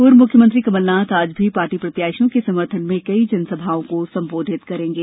पूर्व मुख्यमंत्री कमलनाथ आज भी पार्टी प्रत्याशियों के समर्थन में कई जनसभाओं को संबोधित करेंगे